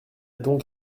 donc